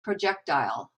projectile